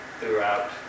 throughout